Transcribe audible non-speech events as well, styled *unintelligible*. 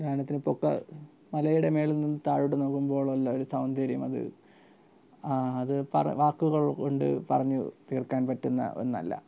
*unintelligible* പൊക്ക മലയുടെ മുകളിൽ നിന്ന് താഴോട്ട് നോക്കുമ്പോഴെല്ലാം സൗന്ദര്യം അത് വാക്കുകൾ കൊണ്ട് പറഞ്ഞു തീർക്കാൻ പറ്റുന്ന ഒന്നല്ല